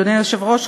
אדוני היושב-ראש,